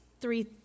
three